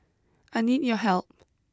I need your help